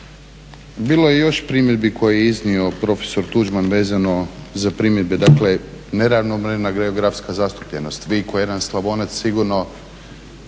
bilo je još primjedbi koje je iznio profesor Tuđman vezano uz primjedbe, dakle neravnomjerna geografska zastupljenost. Vi ko jedan Slavonac sigurno,